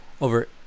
over